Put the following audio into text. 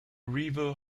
river